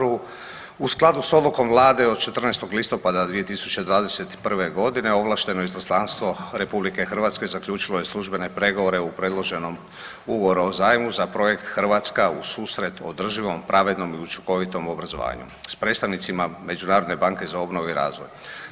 U skladu s odlukom Vlade od 14. listopada 2021.g. ovlašteno izaslanstvo RH zaključilo je službene pregovore u predloženom ugovoru o zajmu za projekt „Hrvatska u susret održivom, pravednom i učinkovitom obrazovanju“ s predstavnicima Međunarodne banke za obnovu i razvoj.